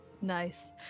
Nice